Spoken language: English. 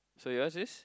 so yours is